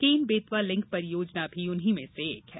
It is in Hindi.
केन बेतवा लिंक परियोजना भी उन्हीं में से एक है